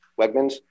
Wegmans